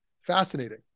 Fascinating